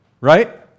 right